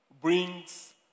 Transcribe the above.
brings